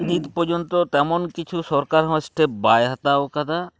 ᱱᱤᱛ ᱯᱚᱨᱡᱚᱱᱛᱚ ᱛᱮᱢᱚᱱ ᱠᱤᱪᱷᱩ ᱥᱚᱨᱠᱟᱨ ᱦᱚᱸ ᱥᱴᱮᱯ ᱵᱟᱭ ᱦᱟᱛᱟᱣ ᱠᱟᱫᱟ